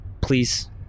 Please